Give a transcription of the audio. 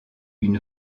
une